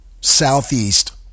Southeast